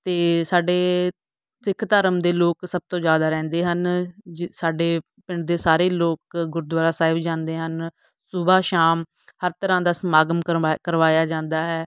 ਅਤੇ ਸਾਡੇ ਸਿੱਖ ਧਰਮ ਦੇ ਲੋਕ ਸਭ ਤੋਂ ਜ਼ਿਆਦਾ ਰਹਿੰਦੇ ਹਨ ਸਾਡੇ ਪਿੰਡ ਦੇ ਸਾਰੇ ਲੋਕ ਗੁਰਦੁਆਰਾ ਸਾਹਿਬ ਜਾਂਦੇ ਹਨ ਸੁਬਹ ਸ਼ਾਮ ਹਰ ਤਰ੍ਹਾਂ ਦਾ ਸਮਾਗਮ ਕਰਮਾਇ ਕਰਵਾਇਆ ਜਾਂਦਾ ਹੈ